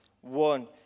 one